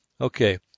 Okay